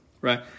Right